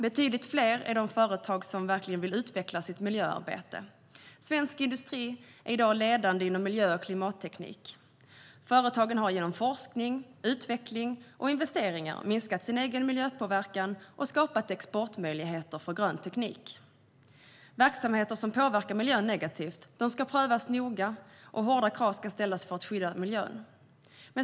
Betydligt fler är de företag som vill utveckla sitt miljöarbete. Svensk industri är i dag ledande inom miljö och klimatteknik. Företagen har genom forskning, utveckling och investeringar minskat sin egen miljöpåverkan och skapat exportmöjligheter för grön teknik. Verksamheter som påverkar miljön negativt ska prövas noga och hårda krav ställas för att skydda miljön.